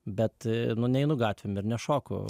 bet nu neeinu gatvėm ir nešoku